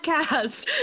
Podcast